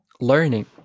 learning